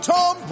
Tom